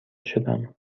شدم